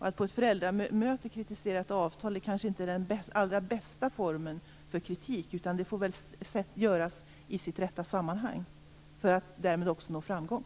Att på ett föräldramöte kritisera ett avtal är kanske inte den allra bästa formen för kritik, utan kritiken får väl föras fram i sitt rätta sammanhang för att därmed också nå framgång.